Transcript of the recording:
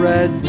Red